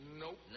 Nope